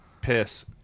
piss